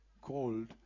called